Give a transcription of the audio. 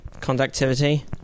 conductivity